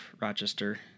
Rochester